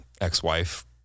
ex-wife